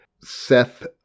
Seth